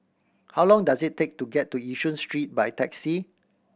how long does it take to get to Yishun Street by taxi